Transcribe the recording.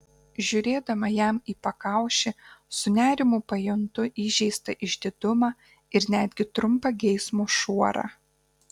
žiūrėdama jam į pakaušį su nerimu pajuntu įžeistą išdidumą ir netgi trumpą geismo šuorą